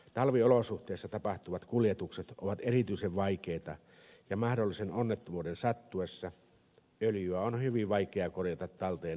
talviolosuhteissa tapahtuvat kuljetukset ovat erityisen vaikeita ja mahdollisen onnettomuuden sattuessa öljyä on hyvin vaikea korjata talteen jäiden seasta